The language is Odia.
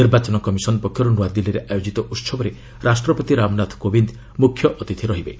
ନିର୍ବାଚନ କମିଶନ ପକ୍ଷରୁ ନୂଆଦିଲ୍ଲୀରେ ଆୟୋଜିତ ଉହବରେ ରାଷ୍ଟ୍ରପତି ରାମନାଥ କୋବିନ୍ଦ ମୁଖ୍ୟ ଅତିଥି ହେବେ